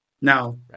Now